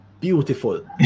beautiful